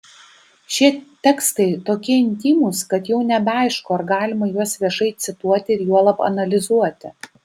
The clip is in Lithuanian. šie tekstai tokie intymūs kad jau nebeaišku ar galima juos viešai cituoti ir juolab analizuoti